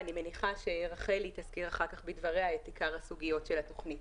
ואני מניחה שרחלי תסביר אחר כך בדבריה את עיקר הסוגיות של התוכנית.